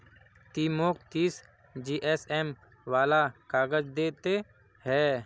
ती मौक तीस जीएसएम वाला काग़ज़ दे ते हैय्